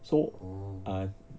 so I